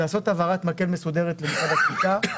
לעשות העברת מקל מסודרת למשרד הקליטה,